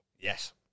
Yes